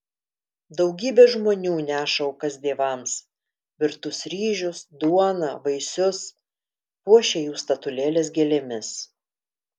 daugybė žmonių neša aukas dievams virtus ryžius duoną vaisius puošia jų statulėles gėlėmis